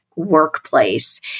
workplace